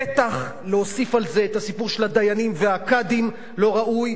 בטח להוסיף על זה את הסיפור של הדיינים והקאדים לא ראוי.